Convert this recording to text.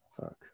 fuck